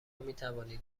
میتوانید